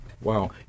wow